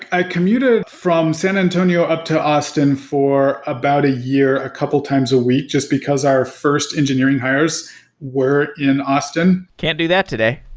i commuted from san antonio up to austin for about a year a couple times a week just because our first engineering hires were in austin. can't do that today